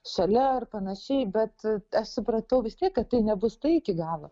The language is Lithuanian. šalia ar panašiai bet aš supratau kad tai nebus tai iki galo